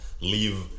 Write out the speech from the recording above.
leave